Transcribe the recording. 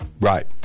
Right